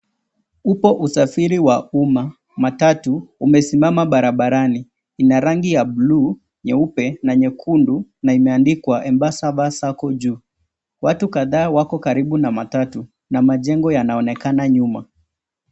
Upo usafiri wa umma, matatu imesimama barabarani ,ina rangi ya bluu, nyeupe na nyekundu na imeandikwa Embasava Sacco juu. Watu kadhaa wako karibu na matatu na majengo yanaonekana nyuma.